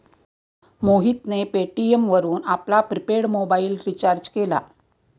मोहितने पेटीएम वरून आपला प्रिपेड मोबाइल रिचार्ज केला